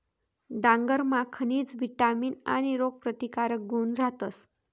डांगरमा खनिज, विटामीन आणि रोगप्रतिकारक गुण रहातस